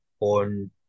on